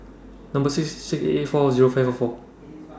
Number C six eight eight four Zero five four four